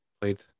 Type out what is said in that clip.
played